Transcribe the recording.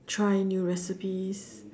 try new recipes